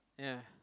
yeah